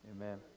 Amen